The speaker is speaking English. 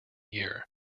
year